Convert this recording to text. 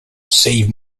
save